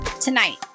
Tonight